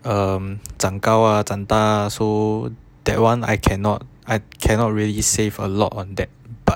um 长高 ah 长大 ah so that [one] I cannot I cannot really save a lot on that but